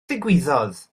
ddigwyddodd